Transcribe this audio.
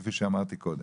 כפי שאמרתי קודם.